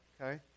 okay